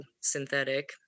synthetic